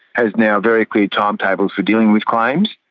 has now very clear timetables for dealing with claims.